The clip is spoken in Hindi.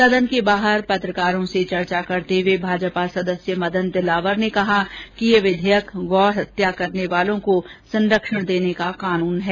सदन के बाहर पत्रकारों से चर्चा करते हुए भाजपा सदस्य मदन दिलावर ने कहा कि यह विधेयक गौहत्या करने वालों को संरक्षण देने का कानून है